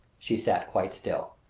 she sat quite still.